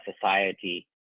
society